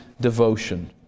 devotion